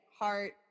heart